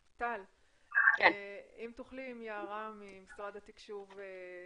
יערה ממשרד התקשוב.